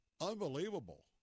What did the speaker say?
unbelievable